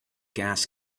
gas